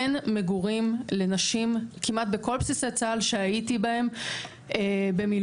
אין מגורים לנשים כמעט בכל בסיסי צה"ל שהייתי בהם במילואים,